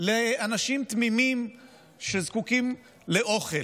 לאנשים תמימים שזקוקים לאוכל.